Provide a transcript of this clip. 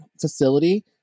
facility